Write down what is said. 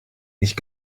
nicht